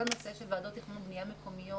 כל הנושא של ועדות תכנון ובנייה מקומיות